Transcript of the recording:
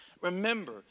Remember